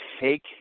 take